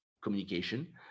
communication